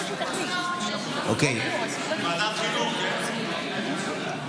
ועדת החינוך, כן?